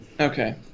Okay